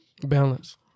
Balance